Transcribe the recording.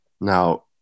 Now